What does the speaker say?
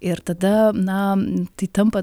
ir tada na tai tampa